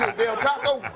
del taco.